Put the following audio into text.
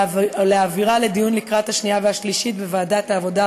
ולהעבירה לדיון לקראת הקריאה השנייה והשלישית בוועדת העבודה,